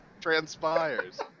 transpires